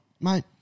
Mate